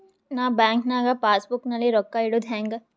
ನಾ ಬ್ಯಾಂಕ್ ನಾಗ passbook ನಲ್ಲಿ ರೊಕ್ಕ ಇಡುದು ಹ್ಯಾಂಗ್?